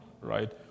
right